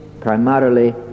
primarily